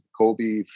Kobe